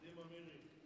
קדימה, מירי.